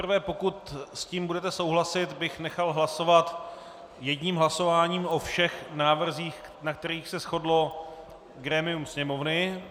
Nejprve, pokud s tím budete souhlasit, bych nechal hlasovat jedním hlasováním o všech návrzích, na kterých se shodlo grémium Sněmovny.